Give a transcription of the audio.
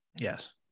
Yes